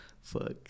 Fuck